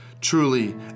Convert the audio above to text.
Truly